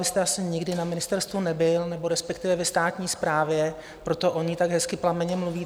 Vy jste asi nikdy na ministerstvu nebyl, respektive ve státní správě, proto o ní tak hezky plamenně mluvíte.